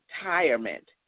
retirement